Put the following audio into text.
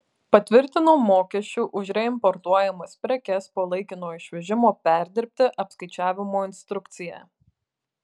patvirtino mokesčių už reimportuojamas prekes po laikino išvežimo perdirbti apskaičiavimo instrukciją